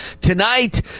tonight